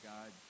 God